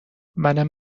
منم